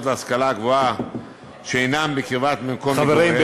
להשכלה גבוהה שאינם בקרבת מקום מגוריהם --- חברים,